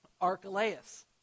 Archelaus